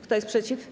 Kto jest przeciw?